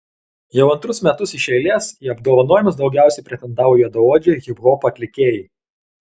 jau antrus metus iš eilės į apdovanojimus daugiausiai pretendavo juodaodžiai hiphopo atlikėjai